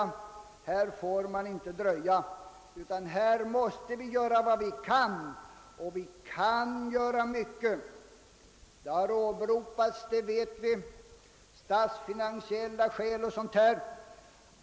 Här får man inte dröja, utan här måste vi göra vad vi kan — och vi kan göra mycket. Statsfinansiella skäl har som vi vet åberopats i debatten.